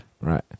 Right